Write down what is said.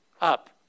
up